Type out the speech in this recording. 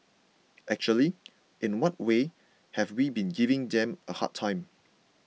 actually in what way have we been giving them a hard time